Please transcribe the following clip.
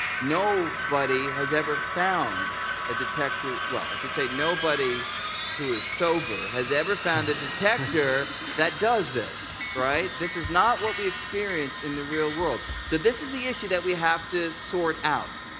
nobody has ever found a detector well, i should say nobody who is sober has ever found a detector that does this. right? this is not what we experience in the real world. so this is the issue that we have to sort out.